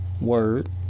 word